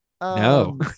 No